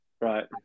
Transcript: Right